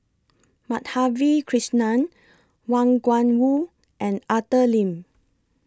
Madhavi Krishnan Wang Gungwu and Arthur Lim